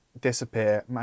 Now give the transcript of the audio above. disappear